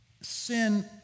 sin